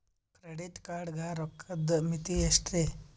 Credit card ಗ ರೋಕ್ಕದ್ ಮಿತಿ ಎಷ್ಟ್ರಿ?